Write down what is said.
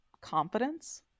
confidence